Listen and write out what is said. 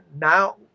now